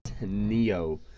Neo